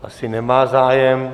Asi nemá zájem.